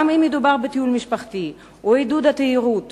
גם אם מדובר בטיול משפחתי או בעידוד התיירות